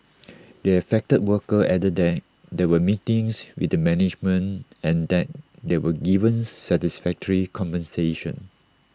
the affected worker added that there were meetings with the management and that they were given satisfactory compensation